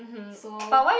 so